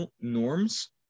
norms